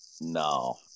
No